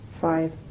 five